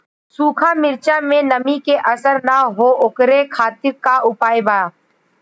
सूखा मिर्चा में नमी के असर न हो ओकरे खातीर का उपाय बा?